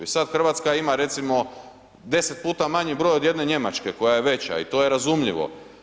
I sad Hrvatska ima recimo deset puta manji broj od jedne Njemačke koja je veća i to je razumljivo.